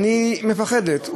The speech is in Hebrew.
אני מפחדת,